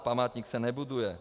Památník se nebuduje.